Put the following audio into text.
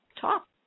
talk